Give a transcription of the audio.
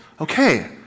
okay